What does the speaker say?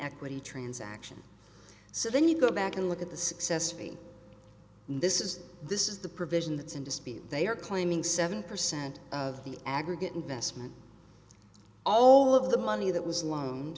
equity transaction so then you go back and look at the success rate and this is this is the provision that's in dispute they are claiming seven percent of the aggregate investment all of the money that was loane